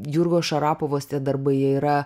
jurgos šarapovos tie darbai jie yra